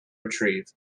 retrieve